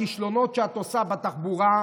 בכישלונות שאת עושה בתחבורה,